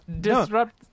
disrupt